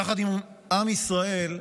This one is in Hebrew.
יחד עם עם ישראל,